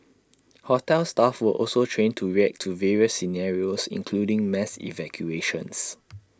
hotel staff were also trained to react to various scenarios including mass evacuations